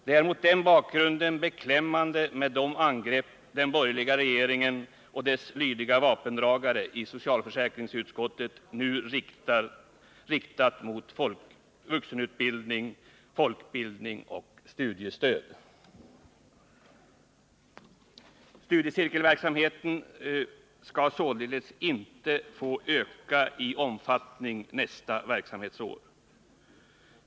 Det är mot den bakgrunden beklämmande med de angrepp som den borgerliga regeringen och dess lydiga vapendragare i socialförsäkringsutskottet nu har riktat mot vuxenutbildning, folkbildning och studiestöd. Studiecirkelverksamheten skall således inte få öka i omfattning nästa verksamhetsår.